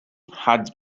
had